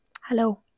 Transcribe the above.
Hello